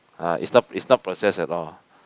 ah it's not it's not processed at all